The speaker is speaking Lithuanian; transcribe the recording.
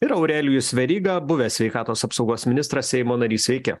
ir aurelijus veryga buvęs sveikatos apsaugos ministras seimo narys sveiki